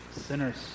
sinners